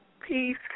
Peace